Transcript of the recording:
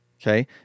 Okay